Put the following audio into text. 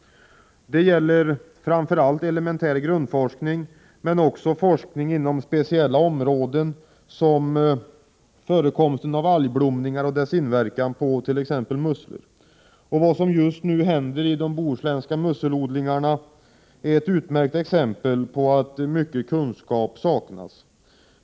Det gäller framför allt elementär grundforskning men också forskning inom speciella områden som förekomsten av algblomningar och deras inverkan på t.ex. musslor. Vad som just nu händer i de bohuslänska musselodlingarna är ett utmärkt exempel på att mycket kunskap saknas.